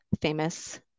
famous